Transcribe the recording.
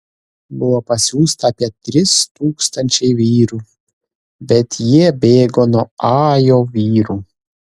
buvo pasiųsta apie trys tūkstančiai vyrų bet jie bėgo nuo ajo vyrų